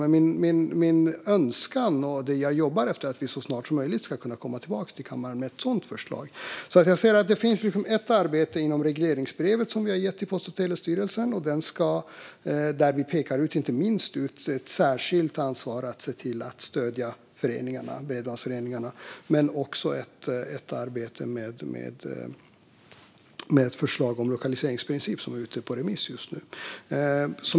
Men min önskan är, vilket jag jobbar för, att vi så snart som möjligt ska kunna komma tillbaka till kammaren med ett sådant förslag. Det finns ett arbete inom regleringsbrevet som vi har gett till Post och telestyrelsen, där vi inte minst pekar ut ett särskilt ansvar att se till att stödja bredbandsföreningarna. Men det finns också ett arbete med ett förslag om lokaliseringsprincipen som är ute på remiss just nu.